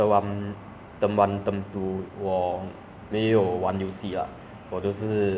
去看家的 de post ah 不过去看新闻 ah 以后 to update yourself